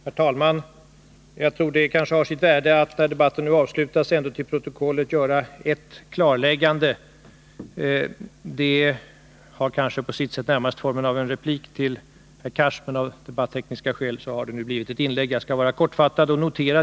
Herr talman! Jag tror att det kan vara av värde att, innan debatten nu avslutas, till protokollet göra ännu ett klarläggande. Det var närmast tänkt som en replik till Hadar Cars, men av tekniska skäl har det blivit ett anförande. Jag skall fatta mig kort.